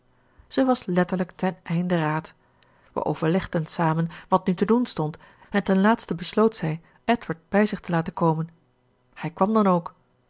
zij was letterlijk ten einde raad we overlegden samen wat nu te doen stond en ten laatste besloot zij edward bij zich te laten komen hij kwam dan ook